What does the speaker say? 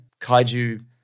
kaiju